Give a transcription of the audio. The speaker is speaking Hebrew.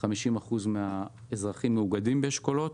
50% מהאזרחים מאוגדים באשכולות,